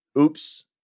oops